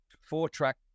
four-track